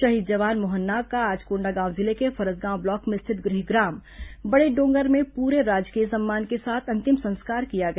शहीद जवान मोहन नाग का आज कोंडागांव जिले के फरसगांव ब्लॉक में स्थित गृहग्राम बड़ेडोंगर में पूरे राजकीय सम्मान के साथ अंतिम संस्कार किया गया